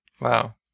Wow